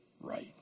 right